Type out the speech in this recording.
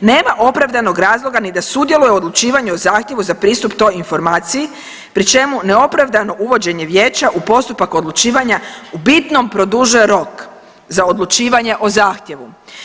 nema opravdanog razloga ni da sudjeluje u odlučivanju o zahtjevu za pristup toj informaciji pri čemu neopravdano uvođenje vijeća u postupak odlučivanja u bitnom produžuje rok za odlučivanje o zahtjevu.